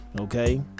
Okay